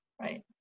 right